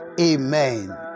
Amen